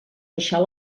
deixar